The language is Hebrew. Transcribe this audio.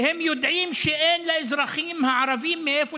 והם יודעים שאין לאזרחים הערבים מאיפה